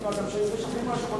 יש גם מדענים שחושבים אחרת.